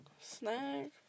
snack